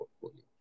portfolio